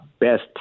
best